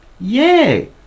yay